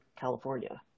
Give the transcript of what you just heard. california